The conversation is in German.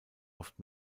oft